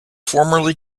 formerly